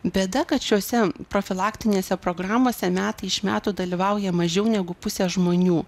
bėda kad šiose profilaktinėse programose metai iš metų dalyvauja mažiau negu pusė žmonių